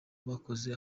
bakoze